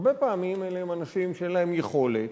הרבה פעמים אלה הם אנשים שאין להם יכולת,